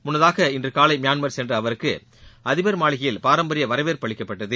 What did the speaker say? முன்னதாக இன்று காலை மியான்மர் சென்ற அவருக்கு அதிபர் மாளிகையில் பாரம்பரிய வரவேற்பு அளிக்கப்பட்டது